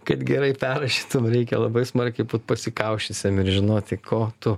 kad gerai perrašytum reikia labai smarkiai būt pasikausčiusiam ir žinoti ko tu